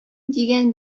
дигән